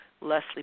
Leslie